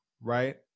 right